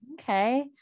okay